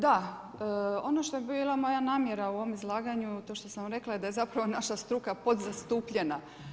Da, ono što je bila moja namjera u ovom izlaganju, to što sam rekla da je zapravo naša struka podzastupljena.